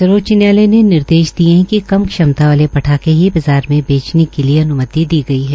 सर्वोच्च न्यायालय ने निर्देश दिये है कि कम क्षमता वाले पटाखे ही बाज़ार में बेचने के लिए अन्मति दी गई है